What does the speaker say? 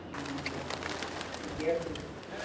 ঠিকে আছে এতিয়া